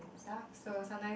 ya so sometimes